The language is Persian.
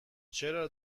چرا